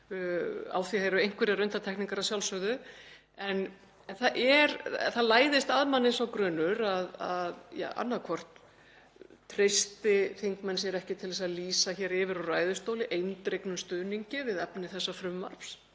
Á því eru einhverjar undantekningar að sjálfsögðu. En það læðist að manni sá grunur að annaðhvort treysti þingmenn sér ekki til að lýsa hér yfir úr ræðustóli eindregnum stuðningi við efni þessa frumvarps,